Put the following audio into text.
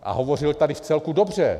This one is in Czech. A hovořil tady vcelku dobře.